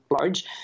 large